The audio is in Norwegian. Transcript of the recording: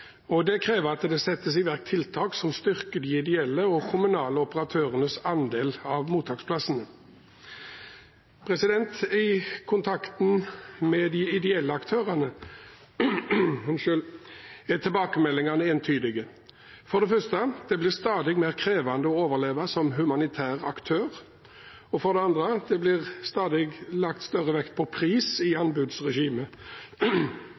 og det krever at det settes i verk tiltak som styrker de ideelle og kommunale operatørenes andel av mottaksplassene. I kontakten med de ideelle aktørene er tilbakemeldingene entydige. For det første blir det stadig med krevende å overleve som humanitær aktør, og for det andre blir det stadig lagt større vekt på pris i